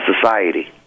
society